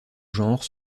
genre